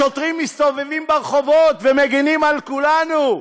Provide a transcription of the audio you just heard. השוטרים מסתובבים ברחובות ומגינים על כולנו.